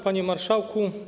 Panie Marszałku!